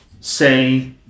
say